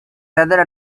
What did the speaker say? weather